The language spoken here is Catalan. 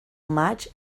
maig